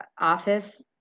office